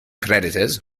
predators